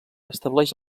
estableix